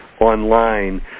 online